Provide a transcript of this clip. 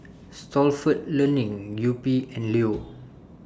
Stalford Learning Yupi and Leo